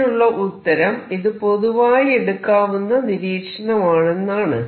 ഇതിനുള്ള ഉത്തരം ഇത് പൊതുവായി എടുക്കാവുന്ന നിരീക്ഷണമാണെന്നാണ്